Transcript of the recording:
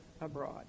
abroad